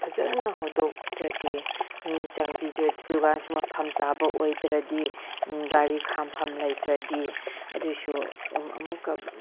ꯐꯖꯅ ꯍꯧꯗꯣꯛꯇ꯭ꯔꯗꯤ ꯃꯤ ꯆꯪꯕꯤꯗ꯭ꯔꯗꯤ ꯗꯨꯀꯥꯟꯁꯨ ꯃꯐꯝ ꯆꯥꯕ ꯑꯣꯏꯗ꯭ꯔꯗꯤ ꯒꯥꯔꯤ ꯈꯥꯝꯐꯝ ꯂꯩꯇ꯭ꯔꯗꯤ ꯑꯗꯨꯏꯁꯨ ꯑꯃꯨꯛꯀ